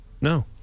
no